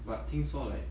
but 听说 like